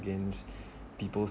gangs people